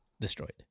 destroyed